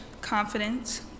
confidence